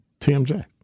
TMJ